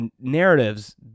narratives